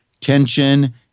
tension